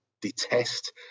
detest